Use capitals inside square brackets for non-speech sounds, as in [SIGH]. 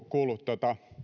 [UNINTELLIGIBLE] kuullut